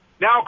now